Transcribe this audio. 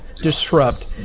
Disrupt